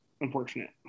unfortunate